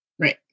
right